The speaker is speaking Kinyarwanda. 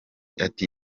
ati